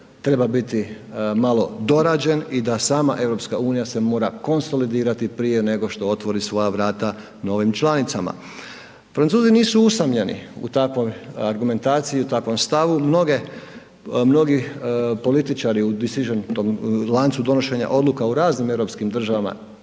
treba biti malo dorađen i da sama EU se mora konsolidirati prije nego što otvori svoja vrata novim članicama. Francuzi nisu usamljeni u takvoj argumentaciji i u takvom stavu. Mnogi političari u … u tom lancu donošenja odluka u ranim europskim državama